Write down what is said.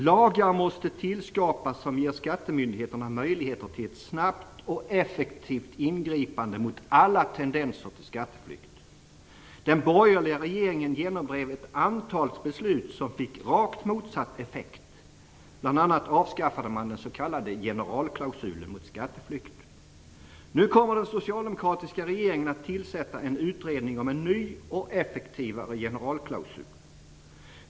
Lagar måste tillskapas som ger skattemyndigheterna möjligheter till ett snabbt och effektivt ingripande mot alla tendenser till skatteflykt. Den borgerliga regeringen genomdrev ett antal beslut som fick rakt motsatt effekt. Bl.a. avskaffade man den s.k. generalklausulen mot skatteflykt. Nu kommer den socialdemokratiska regeringen att tillsätta en utredning om en ny och effektivare generalklausul.